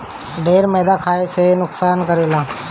ढेर मैदा खाए से इ नुकसानो करेला